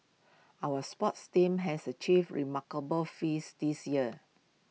our sports teams has achieved remarkable feats this year